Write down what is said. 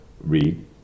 read